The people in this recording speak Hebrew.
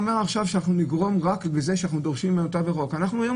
אנחנו היום